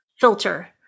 filter